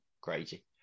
crazy